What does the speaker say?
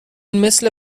مثل